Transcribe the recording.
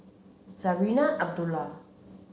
Zarinah Abdullah